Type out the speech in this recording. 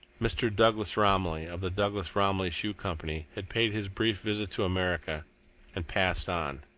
mr. douglas romilly, of the douglas romilly shoe company, had paid his brief visit to america and passed on.